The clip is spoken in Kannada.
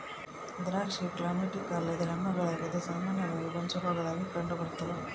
ದ್ರಾಕ್ಷಿಯು ಕ್ಲೈಮ್ಯಾಕ್ಟೀರಿಕ್ ಅಲ್ಲದ ಹಣ್ಣುಗಳಾಗಿದ್ದು ಸಾಮಾನ್ಯವಾಗಿ ಗೊಂಚಲುಗುಳಾಗ ಕಂಡುಬರ್ತತೆ